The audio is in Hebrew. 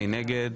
מי נגד?